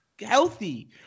healthy